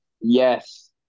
Yes